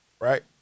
right